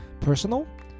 personal